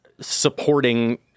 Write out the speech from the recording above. supporting